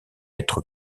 être